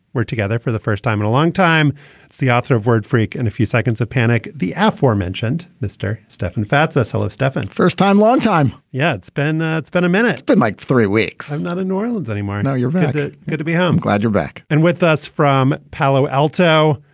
we're together for the first time in a long time. it's the author of word freak and a few seconds of panic. the aforementioned mr. stefan fatsis hello, stefan. first time, long time. yeah, it's been it's been a minute, but like three weeks. i'm not a new orleans anymore. now you're going to be home. glad you're back and with us from palo alto,